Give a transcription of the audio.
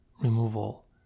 removal